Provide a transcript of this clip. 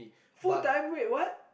full time wait what